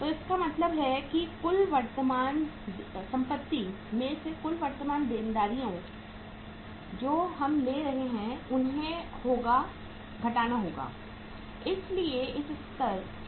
तो इसका मतलब है कि कुल वर्तमान संपत्ति में से कुल वर्तमान देनदारियाँ जो हम ले रहे हैं उन्हें होगा घटाना होगा